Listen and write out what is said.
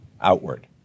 outward